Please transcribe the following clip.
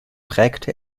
prägte